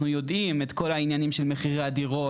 יודעים את כל העניינים של מחירי הדירות,